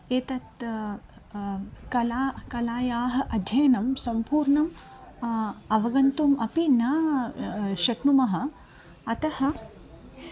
एतत् कला कलायाः अध्ययनं सम्पूर्णम् अवगन्तुम् अपि न शक्नुमः अतः